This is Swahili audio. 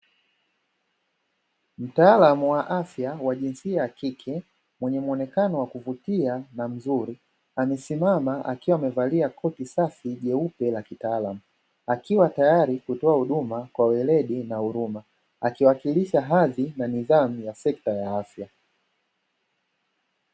Mtaalamu wa afya wa jinsia ya kike mwenye mwonekano wa kuvutia na mzuri, amesimama akiwa amevalia koti safi jeupe la kitaalamu, akiwa tayari kutoa huduma kwa weledi na huruma, akiwakilisha hadhi na nidhamu ya sekta ya afya.